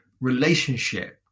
relationship